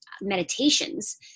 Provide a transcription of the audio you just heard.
meditations